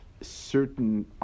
certain